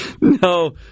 No